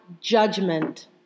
judgment